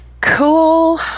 Cool